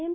M